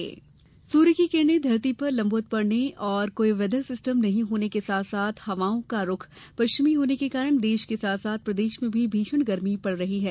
गर्मी सूर्य की किरणें धरती पर लम्बवत् पड़ने कोई व्हैदर सिस्टम नहीं होने के साथ साथ हवाओं का रुख पश्चिमी होने के कारण देश के साथ साथ प्रदेश में भी भीषण गर्मी पड़ रही है